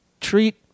treat